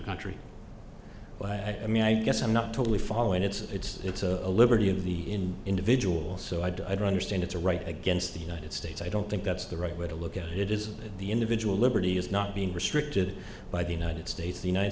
country but i mean i guess i'm not totally following it's it's it's a liberty of the in individual so i don't understand it's a right against the united states i don't think that's the right way to look at it is that the individual lives he is not being restricted by the united states the united